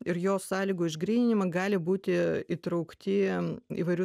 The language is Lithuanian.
ir jo sąlygų išgryninimą gali būti įtraukti įvairių